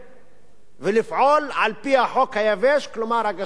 ולפעול על-פי החוק היבש, כלומר הגשת בקשה,